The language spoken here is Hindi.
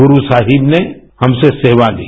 गुरु साहिब ने हमसे सेवा ली